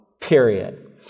period